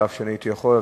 אף שהייתי יכול,